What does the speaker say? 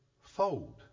fold